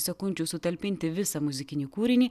sekundžių sutalpinti visą muzikinį kūrinį